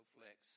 Flex